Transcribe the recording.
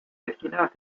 destinadas